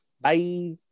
Bye